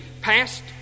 passed